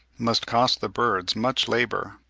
must cost the birds much labour.